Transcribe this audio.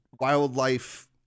wildlife